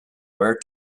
ware